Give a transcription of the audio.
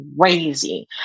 crazy